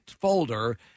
folder